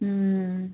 ہوں